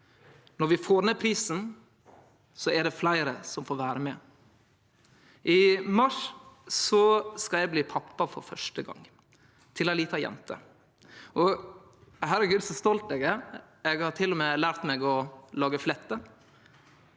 Når vi får ned prisen, er det fleire som får vere med. I mars skal eg bli pappa for første gong – til ei lita jente. Herregud, så stolt eg er! Eg har til og med lært meg å lage fletter.